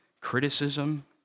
criticism